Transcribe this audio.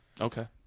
Okay